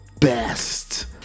best